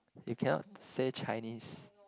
you cannot say Chinese